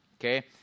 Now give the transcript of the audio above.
okay